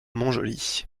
montjoly